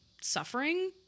suffering